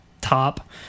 top